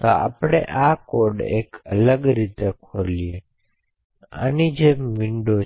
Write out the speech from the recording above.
તો ચાલો આપણે કોડને એક અલગ રીતે ખોલીએ આની જેમ વિંડો